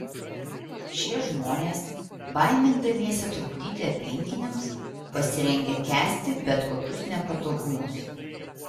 šie žmonės baimindamiesi trukdyti aplinkiniams pasirengę kęsti bet kokius nepatogumus